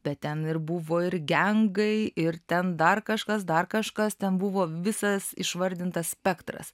bet ten ir buvo ir gengai ir ten dar kažkas dar kažkas ten buvo visas išvardintas spektras